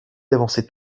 d’avancer